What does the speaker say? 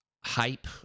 hype